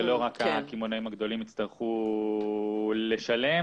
שלא רק הקמעונאים הגדולים יצטרכו לשלם.